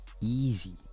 easy